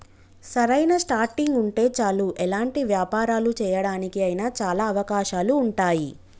సరైన స్టార్టింగ్ ఉంటే చాలు ఎలాంటి వ్యాపారాలు చేయడానికి అయినా చాలా అవకాశాలు ఉంటాయి